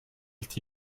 est